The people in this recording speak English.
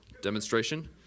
demonstration